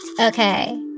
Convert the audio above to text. Okay